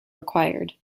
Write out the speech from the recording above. required